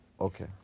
Okay